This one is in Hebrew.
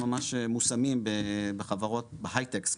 הם ממש מושמים בחברות ההיי-טקס,